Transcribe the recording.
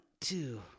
two